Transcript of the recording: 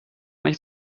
nicht